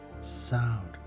sound